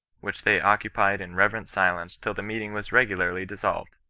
which they occupied in reverent silence till the meeting was regularly dissolved.